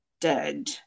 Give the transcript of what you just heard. dead